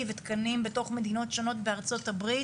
ותקנים בתוך מדינות שונות בארצות-הברית,